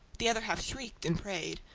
the other half shrieked and prayed.